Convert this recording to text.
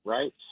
Right